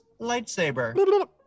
lightsaber